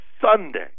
Sunday